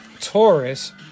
Taurus